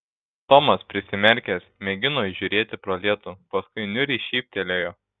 tomas prisimerkęs mėgino įžiūrėti pro lietų paskui niūriai šyptelėjo